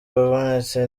babonetse